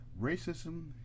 racism